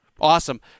Awesome